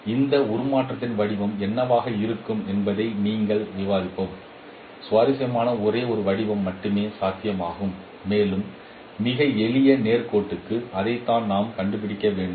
எனவே இந்த உருமாற்றத்தின் வடிவம் என்னவாக இருக்கும் என்பதைப் பற்றி விவாதிப்போம் சுவாரஸ்யமாக ஒரே ஒரு வடிவம் மட்டுமே சாத்தியமாகும் மேலும் மிக எளிய நேர்கோட்டுக்கு அதைத்தான் நாம் இங்கே கண்டுபிடிப்போம்